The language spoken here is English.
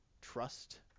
trust